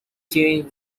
change